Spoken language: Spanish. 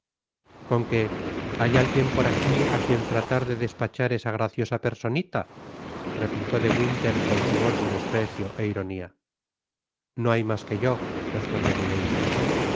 con que hay alguien por aqui á quien trata de despachar esa graciosa personita repücó de winter con su voz de desprecio ó ironia no hay masque yo respondió milady